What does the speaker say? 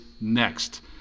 next